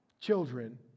children